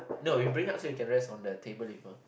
no you bring up so you can rest on the tabling mah